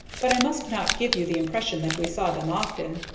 but i must not give you the impression that we saw them often,